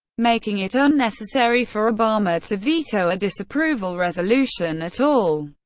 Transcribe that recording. making it unnecessary for obama to veto a disapproval resolution at all.